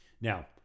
Now